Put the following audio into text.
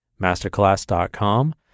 masterclass.com